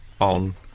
On